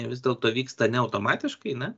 jie vis dėlto vyksta ne automatiškai ne